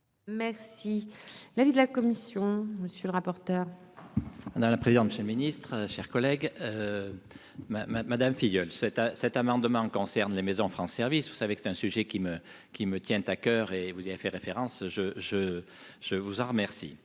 Merci l'avis de la commission, monsieur le rapporteur. On a la présidente, monsieur le Ministre, chers collègues, ma ma Madame Filleul cet à cet amendement concerne les maisons France service vous savez que c'est un sujet qui me qui me tient à coeur et vous avez fait référence, je, je, je vous en remercie,